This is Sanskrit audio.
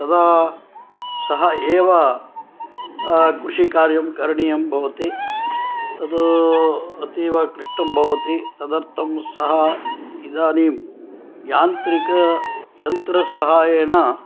तदा सः एव कृषिकार्यं करणीयं भवति तत् अतीवक्लिष्टं भवति तदर्थं सः इदानीं यान्त्रिक यन्त्रसहायेन